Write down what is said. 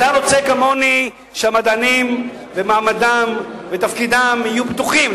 אתה רוצה כמוני שהמדענים במעמדם ותפקידם יהיו בטוחים,